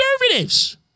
conservatives